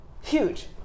huge